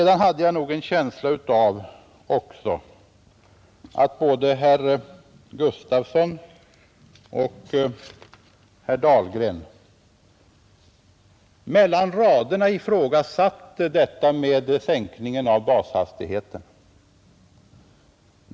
Jag fick nog också en känsla, om jag läser mellan raderna, att någon av talarna här ifrågasatte sänkningen av bashastigheten.